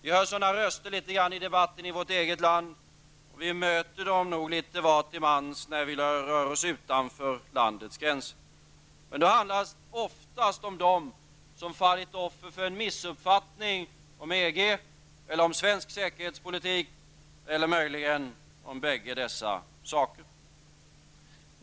Vi hör sådana röster i debatten inom vårt eget land, och vi möter dem nog litet till mans när vi rör oss utanför landets gränser. Men då handlar det oftast om dem som fallit offer för en missuppfattning om EG eller om svensk säkerhetspolitik eller möjligen om bägge dessa saker.